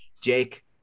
Jake